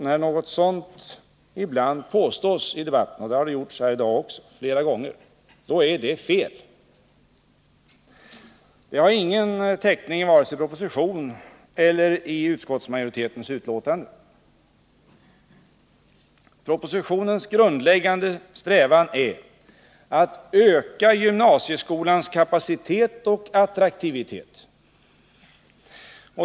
När något sådant ibland påstås i debatten — och det har gjorts i dag också, flera gånger — så är det fel. Det har ingen täckning, vare sig i propositionen eller i utskottsmajoritetens betänkande. Propositionens grundläggande strävan är att öka gymnasieskolans kapacitet och attraktivitet.